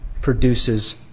produces